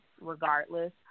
regardless